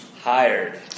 hired